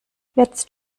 jetzt